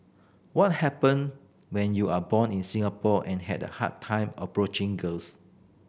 what happen when you are born in Singapore and had a hard time approaching girls